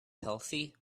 healthy